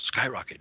skyrocketed